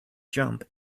jump